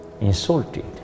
insulted